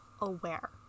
aware